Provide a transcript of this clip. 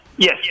Yes